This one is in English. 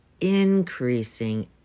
increasing